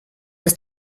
dass